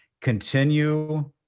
Continue